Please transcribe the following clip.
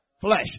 flesh